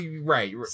Right